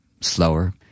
slower